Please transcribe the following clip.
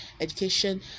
education